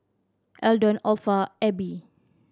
Eldon Orpha